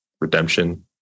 redemption